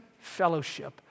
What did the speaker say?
fellowship